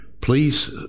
Please